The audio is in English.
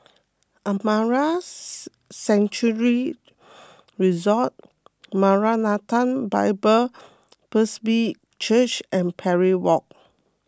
Amara Sanctuary Resort Maranatha Bible Presby Church and Parry Walk